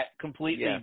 completely